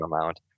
amount